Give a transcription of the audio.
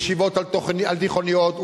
לישיבות על-תיכוניות,